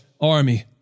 army